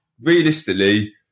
realistically